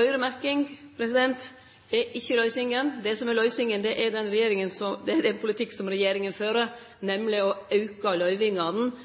Øyremerking er ikkje løysinga. Det som er løysinga, er den politikken som